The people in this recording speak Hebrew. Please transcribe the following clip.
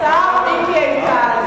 השר מיקי איתן.